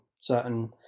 certain